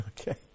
Okay